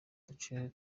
duce